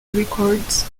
records